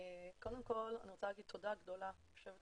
קודם כל אני רוצה להגיד תודה גדולה ליו"ר